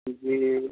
जी